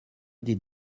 did